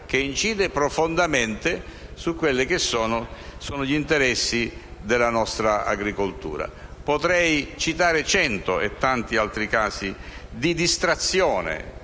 incide profondamente sugli interessi della nostra agricoltura. Potrei citare cento e tanti altri casi di distrazione